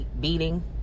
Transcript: beating